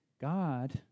God